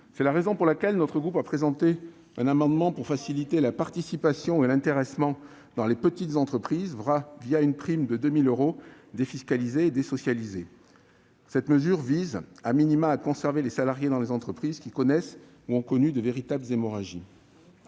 C'est la raison pour laquelle le groupe Les Républicains présentera un amendement tendant à faciliter la participation et l'intéressement dans les petites entreprises une prime de 2 000 euros défiscalisée et désocialisée. Cette mesure vise à maintenir les salariés dans les entreprises, qui connaissent ou ont connu de véritables hémorragies.